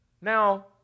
Now